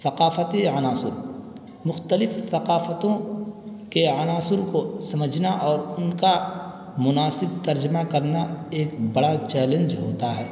ثقافتی عناصر مختلف ثقافتوں کے عناصر کو سمجھنا اور ان کا مناسب ترجمہ کرنا ایک بڑا چیلنج ہوتا ہے